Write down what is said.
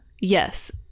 Yes